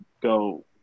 go